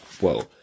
whoa